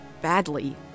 Badly